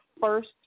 first